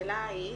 תראי,